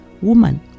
Woman